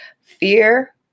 fear